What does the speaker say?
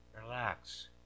Relax